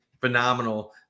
phenomenal